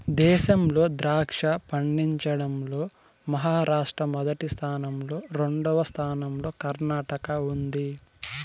దేశంలో ద్రాక్ష పండించడం లో మహారాష్ట్ర మొదటి స్థానం లో, రెండవ స్థానం లో కర్ణాటక ఉంది